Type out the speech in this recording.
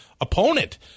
opponent